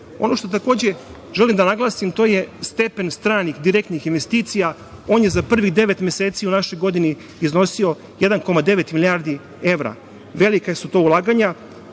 što takođe želim da naglasim, to je stepen stranih direktnih investicija. On je za prvih devet meseci u našoj godini iznosio 1,9 milijardi evra. Velika su to ulaganja.